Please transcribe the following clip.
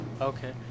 Okay